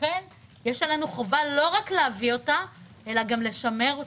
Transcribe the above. לכן יש עלינו חובה לא רק להביא אותה אלא גם לשמר אותה.